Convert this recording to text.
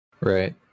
Right